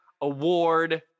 award